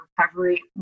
recovery